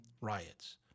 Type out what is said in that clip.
riots